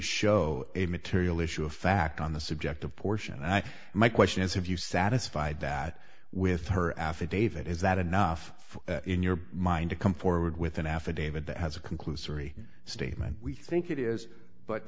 show a material issue of fact on the subject of portion i my question is have you satisfied that with her affidavit is that enough in your mind to come forward with an affidavit that has a conclusory statement we think it is but